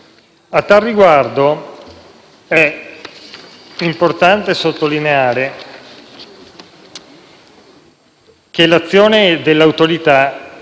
A tal riguardo, è importante sottolineare che l'azione dell'Autorità